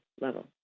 level